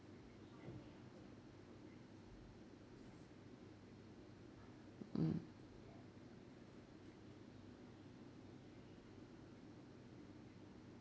mm